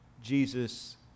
Jesus